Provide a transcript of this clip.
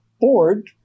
bored